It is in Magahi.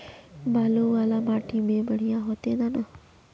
बालू वाला माटी में बढ़िया होते दाना?